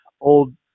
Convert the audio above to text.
old